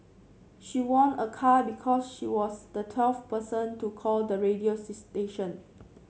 she won a car because she was the twelfth person to call the radio station